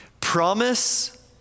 Promise